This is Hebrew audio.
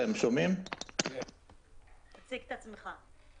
שתהיה על הפרקטיקה ההרצה המשותפת.